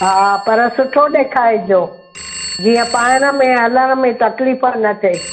हा पर सुठो ॾेखारिजो जीअं पाइण में हलण में तकलीफ़ न थिए